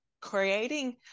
creating